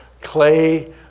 clay